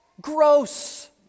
Gross